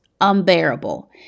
unbearable